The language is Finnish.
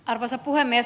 arvoisa puhemies